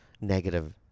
negative